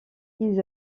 qu’ils